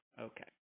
Okay